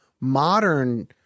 modern